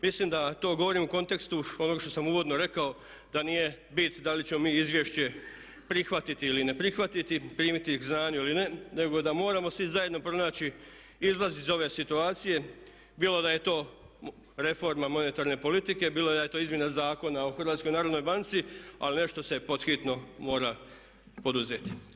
Mislim da to govorim u kontekstu onog što sam uvodno rekao da nije bit da li ćemo mi izvješće prihvatiti ili ne prihvatiti, primiti k znanju ili ne, nego da moramo svi zajedno pronaći izlaz iz ove situacije bilo da je to reforma monetarne politike, bilo da je to izmjena Zakona o HNB-u ali nešto se pod hitno mora poduzeti.